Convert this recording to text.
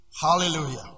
Hallelujah